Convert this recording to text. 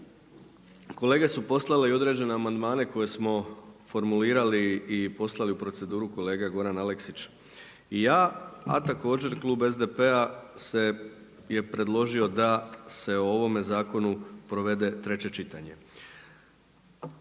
Kolege su poslale i određene amandmane koje smo formulirali i poslali u proceduru, kolega Goran Aleksić i ja, a također Klub SDP-a je predložio da se o ovome zakonu provede treće čitanje.